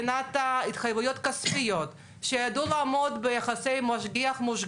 השגחה או שגם היא צריכה לקבל אישור מהממונה?